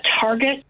target